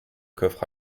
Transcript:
coffre